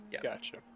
Gotcha